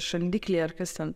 šaldikliai ar kas ten